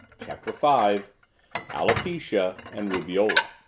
chapter five alopecia and rubeola